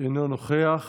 אינו נוכח.